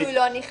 הפיצוי לא נכנס.